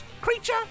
Creature